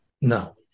No